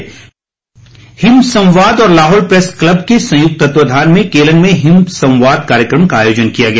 तीरंदाजी हिमसंवाद और Lahaul press club के संयुक्त तत्वावधान में केलंग में हिमसंवाद कार्यक्रम का आयोजन किया गया